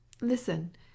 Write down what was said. Listen